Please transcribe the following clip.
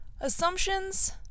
assumptions